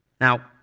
Now